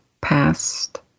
past